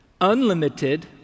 unlimited